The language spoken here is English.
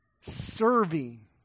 Serving